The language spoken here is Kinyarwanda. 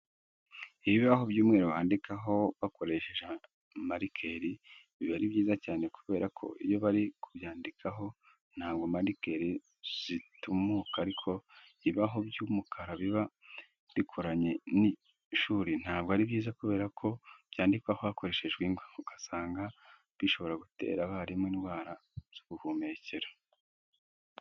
Ibibaho by'umweru bandikaho bakoresheje marikeri biba ari byiza cyane kubera ko iyo bari kubyandikaho ntabwo marikeri zitumuka ariko ibibaho by'umukara biba bikoranye n'ishuri ntabwo ari byiza kubera ko byandikwaho hakoreshejwe ingwa, ugasanga bishobora gutera abarimu indwara z'ubuhumekero.